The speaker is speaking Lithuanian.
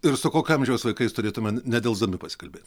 ir su kokio amžiaus vaikais turėtumėte nedelsdami pasikalbėt